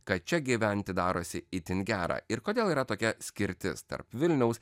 kad čia gyventi darosi itin gera ir kodėl yra tokia skirtis tarp vilniaus